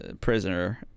Prisoner